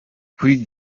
kuri